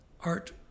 art